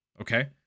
okay